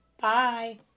Bye